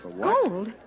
Gold